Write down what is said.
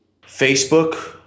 Facebook